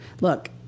look